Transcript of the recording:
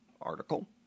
article